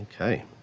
Okay